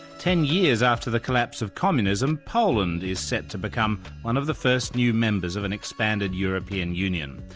ten years after the collapse of communism, poland is set to become one of the first new members of an expanded european union.